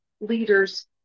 leaders